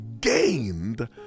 gained